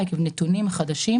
היינו מפנים לארז לבדיקה.